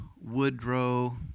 Woodrow